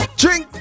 drink